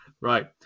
Right